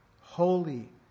holy